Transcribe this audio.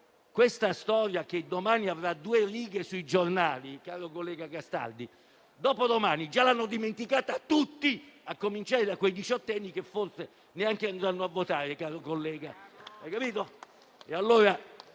Questa storia, che domani avrà due righe sui giornali, caro collega Castaldi, dopodomani già l'hanno dimenticata tutti, a cominciare da quei diciottenni che forse neanche andranno a votare. Sì, è vero,